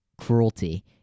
cruelty